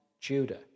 Judah